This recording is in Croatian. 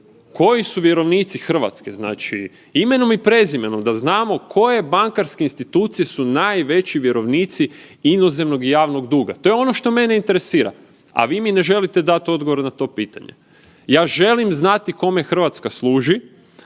koji su vjerovnici Hrvatske znači imenom i prezimenom da znamo koje bankarske institucije su najveći vjerovnici inozemnog javnog duga. To je ono što mene interesira, a vi mi ne želite dati odgovor na to pitanje. Ja želim znati kome Hrvatska služi,